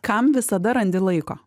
kam visada randi laiko